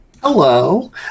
Hello